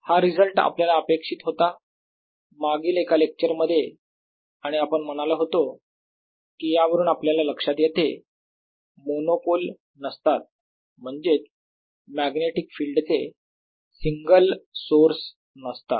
हा रिजल्ट आपल्याला अपेक्षित होता मागील एका लेक्चर मध्ये आणि आपण म्हणालो होतो की यावरून आपल्याला लक्षात येते की मोनोपोल नसतात म्हणजेच मॅग्नेटिक फिल्ड चे सिंगल सोर्स नसतात